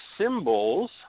symbols